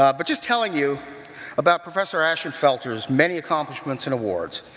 ah but just telling you about professor ashenfelter's many accomplishments and awards,